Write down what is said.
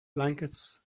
blankets